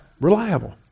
reliable